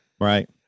Right